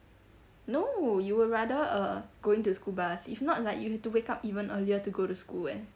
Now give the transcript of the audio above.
no you would rather a going to school bus if not like you have to wake up even earlier to go to school eh